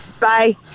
Bye